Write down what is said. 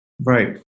Right